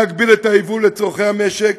להגביל את היבוא לצורכי המשק,